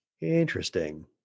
Interesting